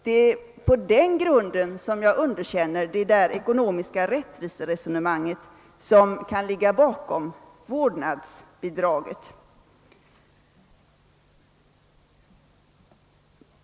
Det är på den grunden jag underkänner det ekonomiska rättviseresonemang som kan ligga bakom förslaget om vårdnadsbidrag.